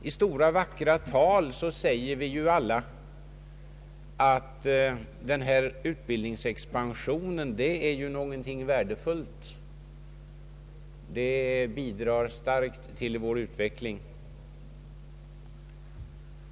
I stora vackra tal säger vi alla att utbildningsexpansionen är något värdefullt, som starkt bidrar till vår utveckling.